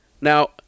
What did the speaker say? Now